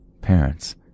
parents